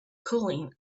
cooling